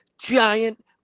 giant